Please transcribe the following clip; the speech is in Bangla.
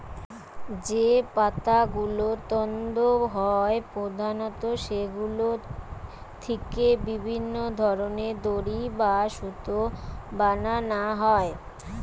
যে পাতাগুলো তন্তু হয় প্রধানত সেগুলো থিকে বিভিন্ন ধরনের দড়ি বা সুতো বানানা হয়